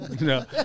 no